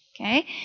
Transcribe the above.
okay